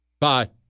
Bye